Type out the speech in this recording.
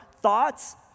thoughts